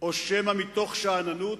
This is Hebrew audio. או שמא מתוך שאננות?